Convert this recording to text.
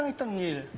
ah to me.